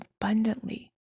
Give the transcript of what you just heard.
abundantly